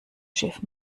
schiff